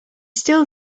still